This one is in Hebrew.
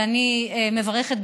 ואני מברכת,